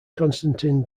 konstantin